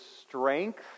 strength